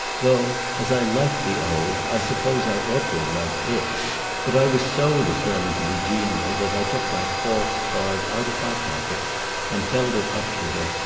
though as i liked the old i suppose i ought to have liked it but i was so determined to be genial that i took my false card out of my pocket and held it up to her,